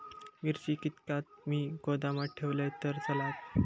मिरची कीततागत मी गोदामात ठेवलंय तर चालात?